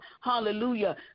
hallelujah